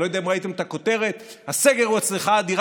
אני לא יודע אם ראיתם את הכותרת: הסגר הוא הצלחה אדירה,